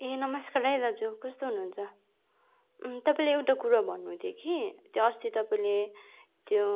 ए नमस्कार है दाजु कस्तो हुनुहुन्छ तपाईँलाई एउटा कुरा भन्नु थियो कि त्यो अस्ति तपाईँले त्यो